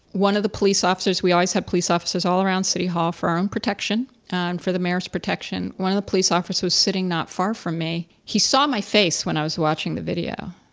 one of the police officers, we always have police officers all around city hall for our own protection and for the mayor's protection one of the police officers sitting not far from me. he saw my face when i was watching the video.